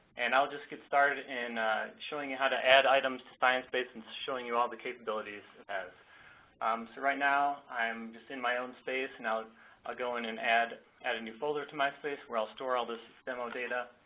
and i'll just get started in showing you how to add items to sciencebase and showing you all the capabilities it has. so right now i'm just in my own space, now i'll go in and add add a new folder in my space where i'll store all this this demo data.